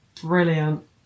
Brilliant